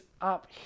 up